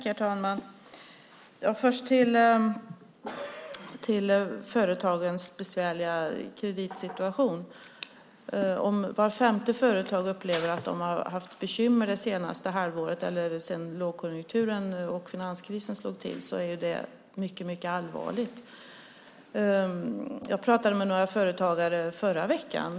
Herr talman! Först vill jag säga något om detta med företagens besvärliga kreditsituation. Om man i vart femte företag upplever att man har haft bekymmer det senaste halvåret eller sedan lågkonjunkturen och finanskrisen slog till är det mycket allvarligt. Jag pratade med några företagare förra veckan.